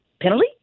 penalty